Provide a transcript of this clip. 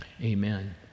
Amen